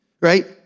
right